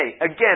again